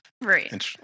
Right